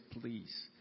please